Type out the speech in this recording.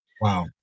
Wow